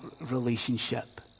relationship